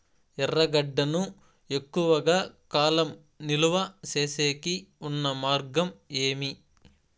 ఎర్రగడ్డ ను ఎక్కువగా కాలం నిలువ సేసేకి ఉన్న మార్గం ఏమి?